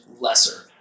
lesser